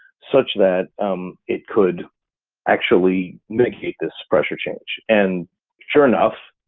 such that it could actually negate this pressure change. and sure enough,